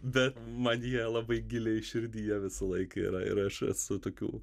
bet man jie labai giliai širdyje visą laiką yra ir aš esu tokių